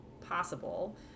possible